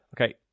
Okay